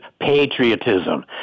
patriotism